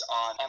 on